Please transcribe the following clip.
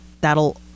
That'll